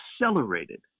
accelerated